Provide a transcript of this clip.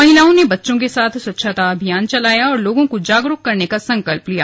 महिलाओं ने बच्चों के साथ स्वच्छता अभियान चलाया और लोगों को जागरूक करने का संकल्प लिया